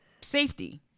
safety